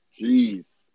Jeez